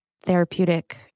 therapeutic